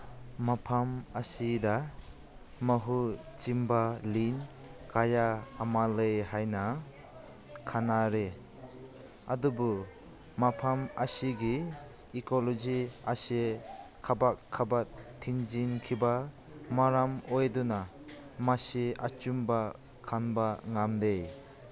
ꯃꯐꯝ ꯑꯁꯤꯗ ꯃꯍꯨ ꯆꯦꯟꯕ ꯂꯤꯟ ꯀꯌꯥ ꯑꯃ ꯂꯩ ꯍꯥꯏꯅ ꯈꯟꯅꯔꯤ ꯑꯗꯨꯕꯨ ꯃꯐꯝ ꯑꯁꯤꯒꯤ ꯏꯀꯣꯂꯣꯖꯤ ꯑꯁꯤ ꯀꯥꯕꯛ ꯀꯥꯕꯛ ꯊꯤꯡꯖꯤꯟꯈꯤꯕ ꯃꯔꯝ ꯑꯣꯏꯗꯨꯅ ꯃꯁꯤ ꯑꯆꯨꯝꯕ ꯈꯪꯕ ꯉꯝꯗꯦ